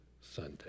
Sunday